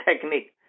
technique